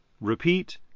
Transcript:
repeat